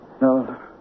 No